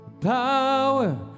power